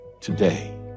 today